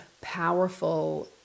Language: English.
powerful